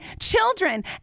children